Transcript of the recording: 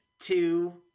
two